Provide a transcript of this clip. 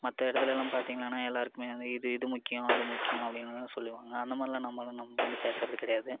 மற்ற இடத்துலேலாம் பார்த்தீங்களான்னா எல்லோருக்குமே வந்து இது இது முக்கியம் அது முக்கியம் அப்படின்னுலாம் சொல்லுவாங்க அந்த மாதிரிலாம் நம்ம வந் நம்ம வந்து பேசுகிறது கிடையாது